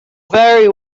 very